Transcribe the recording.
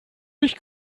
mich